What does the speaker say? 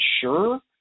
sure